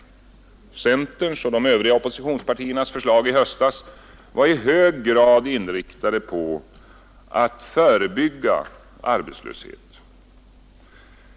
Centerns och övriga oppositionspartiers förslag i höstas var i hög grad inriktade på att förebygga arbetslöshet.